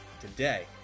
today